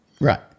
Right